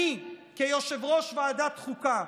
אני, כיושב-ראש ועדת החוקה,